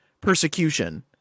persecution